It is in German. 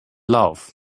lauf